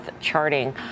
Charting